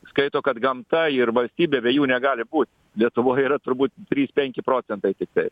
skaito kad gamta ir valstybė be jų negali būt lietuvoj yra turbūt trys penki procentai tiktai